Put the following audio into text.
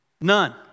None